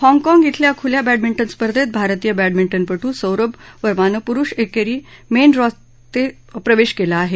हाँगकाँग खुल्या बॅंडमिंटन स्पर्धेत भारतीय बॅंडमिंटनपटू सौरभ वर्मानं पुरुष एकेरी मेन ड्रॉ ते प्रवेश केला आहे